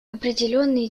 определенные